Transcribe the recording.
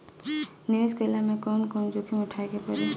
निवेस कईला मे कउन कउन जोखिम उठावे के परि?